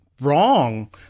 wrong